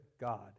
God